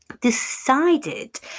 decided